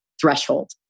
threshold